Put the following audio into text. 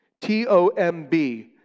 T-O-M-B